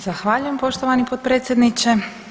Zahvaljujem poštovani potpredsjedniče.